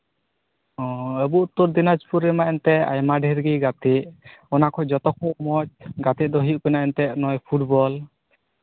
ᱚᱸᱻ ᱟᱵᱚ ᱩᱛᱛᱚᱨᱫᱤᱱᱟᱡᱯᱩᱨ ᱨᱮᱢᱟ ᱟᱭᱢᱟ ᱰᱷᱮᱹᱨ ᱜᱮ ᱜᱟᱛᱮ ᱚᱱᱟ ᱠᱚ ᱡᱚᱛᱚ ᱠᱷᱚᱡ ᱢᱚᱡᱽ ᱜᱟᱛᱮ ᱫᱚ ᱦᱩᱭᱩᱜ ᱠᱟᱱᱟ ᱮᱱᱛᱮᱫ ᱱᱚᱜᱼᱚᱭ ᱯᱷᱩᱴᱵᱚᱞ